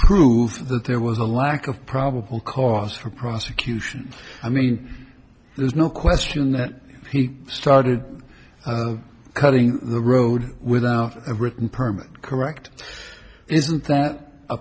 that there was a lack of probable cause for prosecution i mean there's no question that he started cutting the road without a written permit correct isn't that a